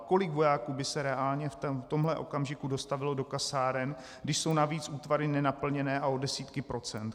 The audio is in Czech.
Kolik vojáků by se reálně v tomhle okamžiku dostavilo do kasáren, když jsou navíc útvary nenaplněné a o desítky procent?